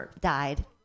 died